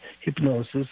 hypnosis